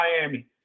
Miami